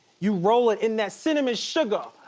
you roll it in that cinnamon sugar,